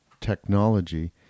technology